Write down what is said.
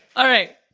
alright.